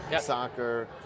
soccer